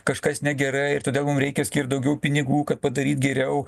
kažkas negerai ir todėl mum reikia skirt daugiau pinigų kad padaryt geriau